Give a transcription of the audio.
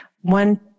one